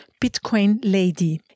BitcoinLady